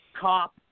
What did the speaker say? cop